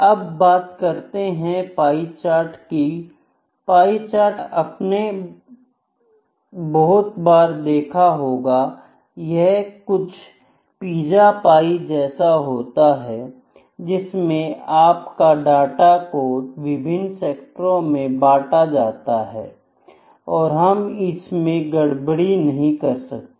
अब बात करते हैं पाई चार्ट की पाई चार्ट आपने बहुत बार देखा होगा यह कुछ पीछा पाई जैसा होता है जिसमें आप डाटा को विभिन्न सेक्टरों में बांट सकते हैं और हम इसमें गड़बड़ी नहीं कर सकते